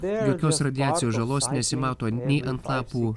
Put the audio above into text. jokios radiacijos žalos nesimato nei ant lapų